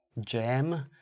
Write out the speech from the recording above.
jam